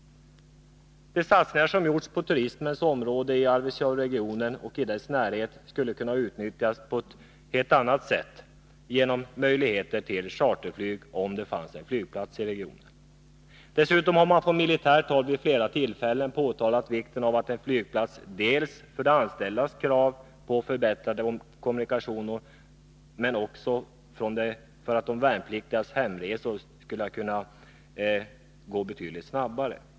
De satsningar som gjorts på turismens område i Arvidsjaurregionen och i dess närhet skulle kunna nyttjas på ett helt annat sätt genom möjligheter till charterflyg om det fanns en flygplats i regionen. Dessutom har man från militärt håll vid flera tillfällen framhållit vikten av en flygplats för att tillgodose de anställdas krav på förbättrade kommu nikationer, men också för att de värnpliktigas hemresor skall kunna gå betydligt snabbare.